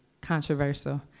controversial